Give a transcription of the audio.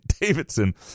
Davidson